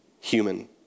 human